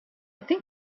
think